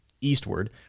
eastward